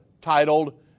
titled